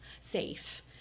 safe